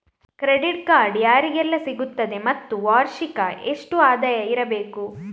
Credit card ಯಾರಿಗೆಲ್ಲ ಸಿಗುತ್ತದೆ ಮತ್ತು ವಾರ್ಷಿಕ ಎಷ್ಟು ಆದಾಯ ಇರಬೇಕು?